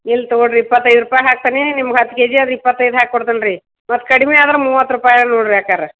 ಇಲ್ಲ ತಗೋಳ್ಳಿ ರೀ ಇಪ್ಪತ್ತೈದು ರೂಪಾಯಿ ಹಾಕ್ತೇನಿ ನಿಮ್ಗೆ ಹತ್ತು ಕೆಜಿ ಅದು ಇಪ್ಪತ್ತೈದು ಹಾಕಿ ಕೊಡ್ತೀನಿ ರೀ ಮತ್ತು ಕಡಿಮೆ ಆದ್ರೆ ಮೂವತ್ತು ರೂಪಾಯಲ್ಲಿ ನೋಡಿರಿ ಅಕ್ಕಾರ